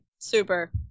Super